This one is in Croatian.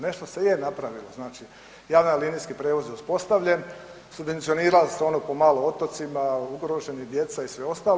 Nešto se je napravilo, znači javni linijski prijevoz je uspostavljen, subvencionirali ste ono po malo otocima, ugroženi, djeca i sve ostalo.